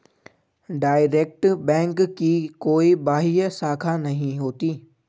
direct bank की कोई बाह्य शाखा नहीं होती